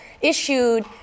issued